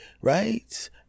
right